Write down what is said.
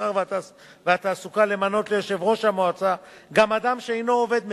המסחר והתעסוקה למנות ליושב-ראש המועצה גם אדם שאינו עובד מדינה,